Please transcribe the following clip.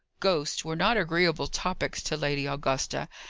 ghosts were not agreeable topics to lady augusta,